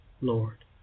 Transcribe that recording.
Lord